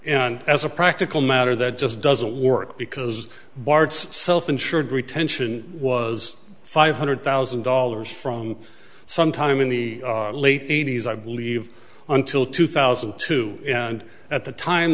and as a practical matter that just doesn't work because bart's self insured retention was five hundred thousand dollars from sometime in the late eighty's i believe until two thousand and two and at the time